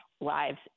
lives